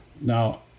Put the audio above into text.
Now